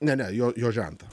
ne ne jo jo žentą